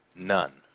none,